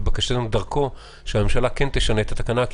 ושדרכו שהממשלה כן תשנה את התקנה.